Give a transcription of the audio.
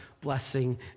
blessing